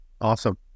Awesome